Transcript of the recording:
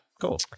cool